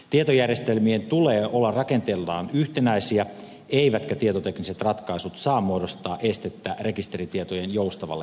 tietojärjestelmien tulee olla rakenteeltaan yhtenäisiä eivätkä tietotekniset ratkaisut saa muodostaa estettä rekisteritietojen joustavalle käytölle